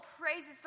praises